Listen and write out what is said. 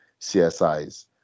csis